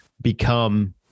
become